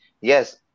yes